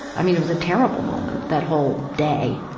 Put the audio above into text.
i mean, it was a terrible moment, that whole day,